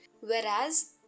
Whereas